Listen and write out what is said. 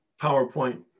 PowerPoint